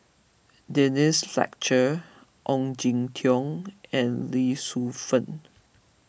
Denise Fletcher Ong Jin Teong and Lee Shu Fen